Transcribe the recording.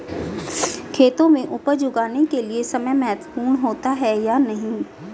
खेतों में उपज उगाने के लिये समय महत्वपूर्ण होता है या नहीं?